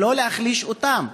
ולא להחליש אותם.